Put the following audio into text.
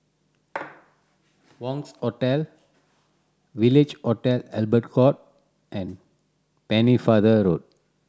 Wangz Hotel Village Hotel Albert Court and Pennefather Road